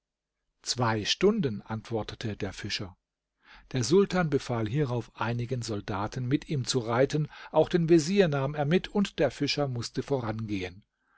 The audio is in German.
zwei stunden antwortete der fischer der sultan befahl hierauf einigen soldaten mit ihm zu reiten auch den vezier nahm er mit und der fischer mußte vorangehen